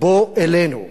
בוא אלינו.